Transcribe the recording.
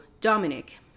Dominic